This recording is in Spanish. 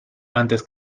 antes